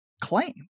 claim